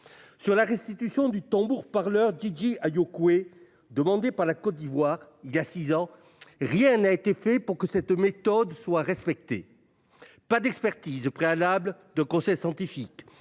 Sur la restitution du tambour parleur Didier Ayokoué, demandé par la Côte d'Ivoire il y a six ans, rien n'a été fait pour que cette méthode soit respectée. Pas d'expertise préalable de conseils scientifiques,